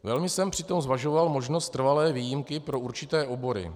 Velmi jsem přitom zvažoval možnost trvalé výjimky pro určité obory.